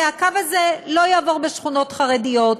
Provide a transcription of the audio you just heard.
כי הקו הזה לא יעבור בשכונות חרדיות,